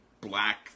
Black